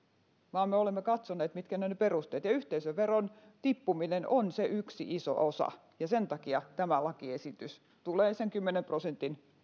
vaan me olemme katsoneet mitkä ovat ne perusteet yhteisöveron tippuminen on yksi iso osa ja sen takia tämä lakiesitys tulee kymmenen prosentin